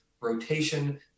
rotation